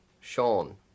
Sean